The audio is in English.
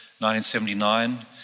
1979